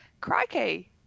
Crikey